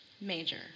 Major